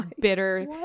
bitter